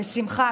בשמחה.